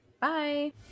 Bye